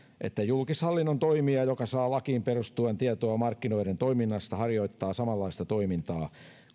että julkishallinnon toimija joka saa lakiin perustuen tietoa markkinoiden toiminnasta harjoittaa samanlaista toimintaa